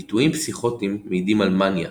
ביטויים פסיכוטיים מעידים על מאניה